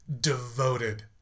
devoted